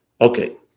Okay